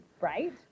right